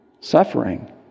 Suffering